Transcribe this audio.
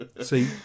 See